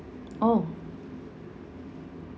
oh